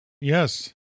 Yes